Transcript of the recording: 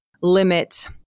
limit